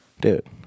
Dude